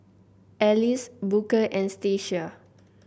Alyse Booker and Stacia